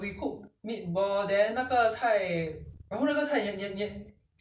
so I don't know what you want 你要吃什么菜你自己决定你吃什么菜